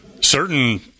certain